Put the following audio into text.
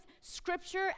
scripture